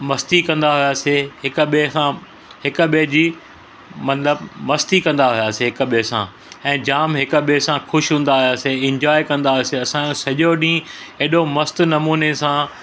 मस्ती कंदा हुआसीं हिक ॿिए खां हिक ॿिए जी मतिलबु मस्ती कंदा हुआसीं हिक ॿिए सां ऐं जाम हिक ॿिए सां ख़ुशि हूंदा हुआसीं एन्जॉय कंदा हुआसीं असांजो सॼो ॾींहुं एॾो मस्तु नमूने सांं